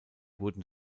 wurden